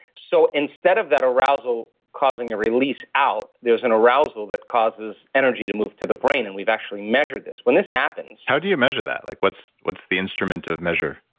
so instead of that arousal causing a release out there's an arousal that causes energy to move to the brain. and we've actually measured this when this happens how do you measure that? like what's what's the instrument of measure?